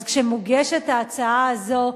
אז כשמוגשת ההצעה הזאת,